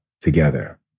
together